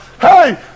Hey